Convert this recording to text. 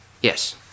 Yes